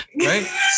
Right